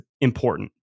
important